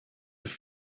have